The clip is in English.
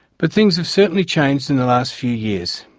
but things have certainly changed in the last few years.